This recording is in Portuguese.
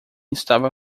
estava